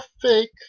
fake